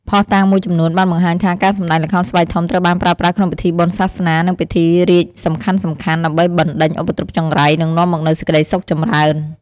ភស្តុតាងមួយចំនួនបានបង្ហាញថា ការសម្តែងល្ខោនស្បែកធំត្រូវបានប្រើប្រាស់ក្នុងពិធីបុណ្យសាសនា និងពិធីរាជ្យសំខាន់ៗ ដើម្បីបណ្តេញឧបទ្រពចង្រៃ និងនាំមកនូវសេចក្តីសុខចម្រើន។